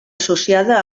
associada